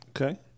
Okay